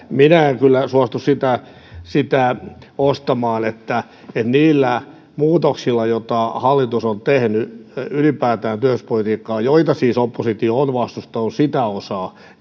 minä en kyllä suostu sitä sitä ostamaan että niillä muutoksilla joita hallitus on tehnyt ylipäätään työllisyyspolitiikkaan joita siis oppositio on vastustanut sitä osaa